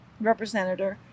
Representative